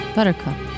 Buttercup